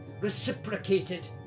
reciprocated